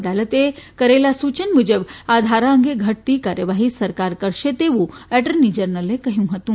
અદાલતે કરેલા સુચન મુજબ આ ધારા અંગે ઘટતી કાર્યવાહી સરકાર કરશે તેવું એટર્ની જનરલે કહ્યું હતું